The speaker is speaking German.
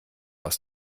aus